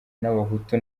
n’abahutu